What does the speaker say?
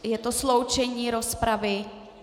Je to sloučení rozpravy.